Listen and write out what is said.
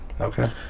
Okay